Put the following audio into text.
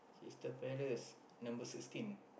Crystal-Palace number sixteen